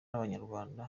abanyarwanda